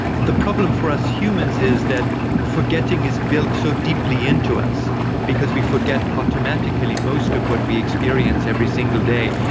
the problem for us humans is that forgetting is built so deeply into us because we forget automatically most of what we experience every single day,